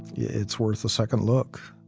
yeah it's worth a second look.